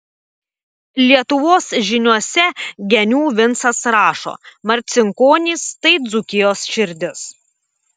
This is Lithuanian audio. lietuvos žyniuose genių vincas rašo marcinkonys tai dzūkijos širdis